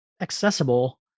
accessible